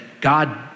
God